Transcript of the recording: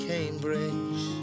Cambridge